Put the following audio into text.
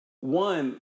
One